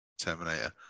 Terminator